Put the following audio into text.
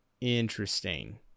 interesting